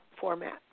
format